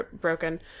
broken